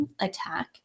attack